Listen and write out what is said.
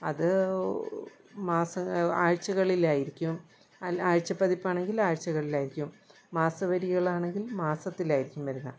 അത് മാസം ആഴ്ച്ചകളിലായിരിക്കും ആഴ്ച്ചപ്പതിപ്പാണെങ്കിൽ ആഴ്ച്ചകളിലായിരിക്കും മാസവരികളാണെങ്കിൽ മാസത്തിലായിരിക്കും വരുന്നത്